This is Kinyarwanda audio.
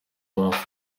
what